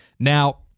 Now